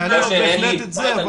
העלינו את זה.